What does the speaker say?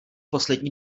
poslední